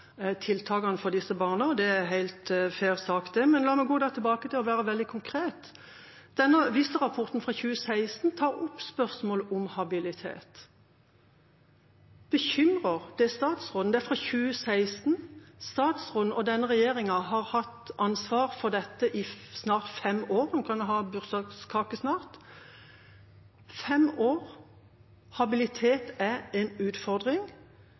tiltakene for disse barna, det er en helt fair sak. Men la meg gå tilbake til å være veldig konkret. Denne Vista-rapporten fra 2016 tar opp spørsmål om habilitet. Det er fra 2016 – bekymrer det statsråden? Statsråden og denne regjeringa har hatt ansvar for dette i snart fem år, en kan ha bursdagskake snart. Fem år – habilitet er en utfordring.